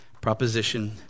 Proposition